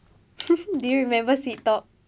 do you remember sweet talk